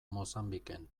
mozambiken